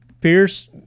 Pierce